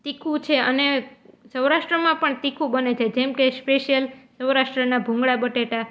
તીખું છે અને સૌરાષ્ટ્રમાં પણ તીખું બને છે જેમ કે સ્પેશ્યિલ સૌરાષ્ટ્રના ભૂંગળા બટેટા